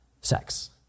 sex